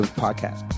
podcast